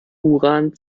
uran